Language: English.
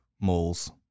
moles